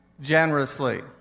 generously